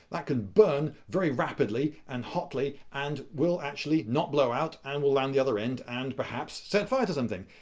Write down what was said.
that can burn very rapidly and hotly and will actually not blow out and will land at the other end and perhaps set fire to something.